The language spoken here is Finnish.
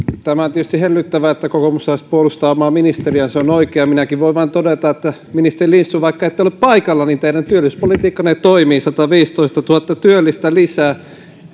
on tietysti hellyttävää että kokoomuslaiset puolustavat omaa ministeriä se on oikein minäkin voin vain todeta että ministeri lindström vaikka ette ole paikalla teidän työllisyyspolitiikkanne toimii sataviisitoistatuhatta työllistä lisää